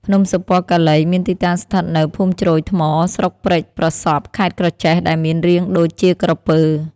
ភ្នំសុពណ៌កាលី មានទីតាំងស្ថិតនៅ ភូមិជ្រោយថ្ម ស្រុកព្រែកប្រសប់ ខេត្តក្រចេះ ដែលមានរាងដូចជាក្រពើ ។